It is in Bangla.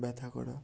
ব্যথা করা